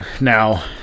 now